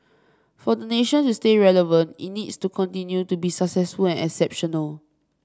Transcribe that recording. for the nation to stay relevant it needs to continue to be successful and exceptional